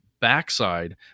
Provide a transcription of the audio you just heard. backside